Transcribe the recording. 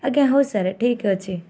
ଆଜ୍ଞା ହଉ ସାର୍ ଠିକ୍ ଅଛି